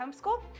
homeschool